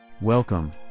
Welcome